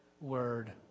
word